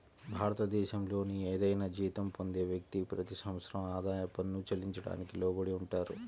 భారతదేశంలోని ఏదైనా జీతం పొందే వ్యక్తి, ప్రతి సంవత్సరం ఆదాయ పన్ను చెల్లించడానికి లోబడి ఉంటారు